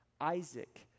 Isaac